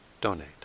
donate